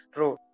True